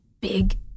big